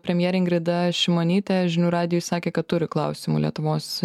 premjerė ingrida šimonytė žinių radijui sakė kad turi klausimų lietuvos